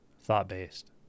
thought-based